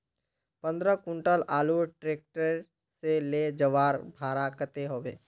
पंद्रह कुंटल आलूर ट्रैक्टर से ले जवार भाड़ा कतेक होबे?